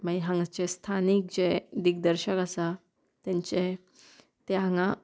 मागीर हांगाच स्थानीक जे दिग्दर्शक आसा तेंचे ते हांगा